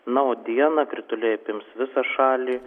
na o dieną krituliai apims visą šalį